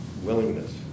willingness